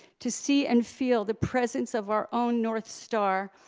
to see and feel the presence of our own north star,